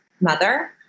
mother